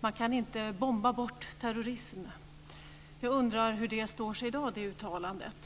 man inte kan bomba bort terrorism. Jag undrar hur det uttalandet står sig i